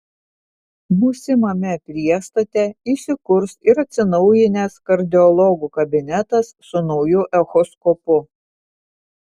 būsimame priestate įsikurs ir atsinaujinęs kardiologų kabinetas su nauju echoskopu